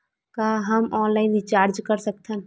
का हम online recharge कर सकत हन?